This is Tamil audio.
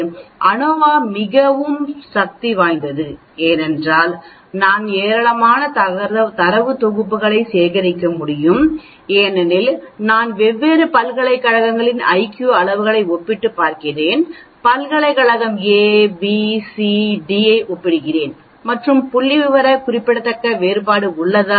எனவே ANOVA மிகவும் மிகவும் சக்தி வாய்ந்தது ஏனென்றால் நான் ஏராளமான தரவுத் தொகுப்புகளை சேகரிக்க முடியும் ஏனெனில் நான் வெவ்வேறு பல்கலை கழகங்களின் ஐ க்யூ அளவுகளை ஒப்பிட்டு பார்க்கிறேன் பல்கலைக்கழகம் A பல்கலைக்கழகம் B பல்கலைக்கழகம் C பல்கலைக்கழகம் D ஐ ஒப்பிடுகிறேன் மற்றும் புள்ளிவிவர குறிப்பிடத்தக்க வேறுபாடு உள்ளதா